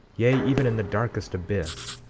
yea, even in the darkest abyss,